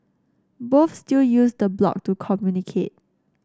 both still use the blog to communicate